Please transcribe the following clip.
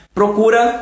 procura